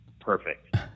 perfect